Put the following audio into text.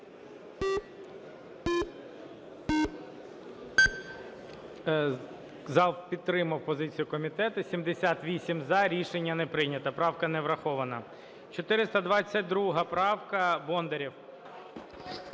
Зал підтримав позицію комітету. 78 – за. Рішення не прийнято. Правка не врахована. 422 правка, Бондарєв.